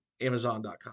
Amazon.com